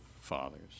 fathers